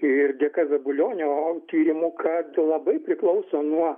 ir dėka zabulionio tyrimų kad labai priklauso nuo